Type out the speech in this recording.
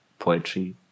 Poetry